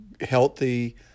healthy